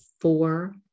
four